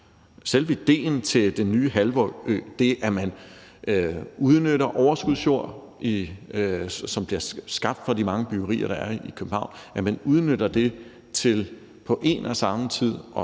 Selve idéen til den nye halvø, altså at man udnytter overskudsjord, som bliver skabt ved de mange byggerier, der er i København, til på en og samme tid